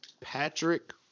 Patrick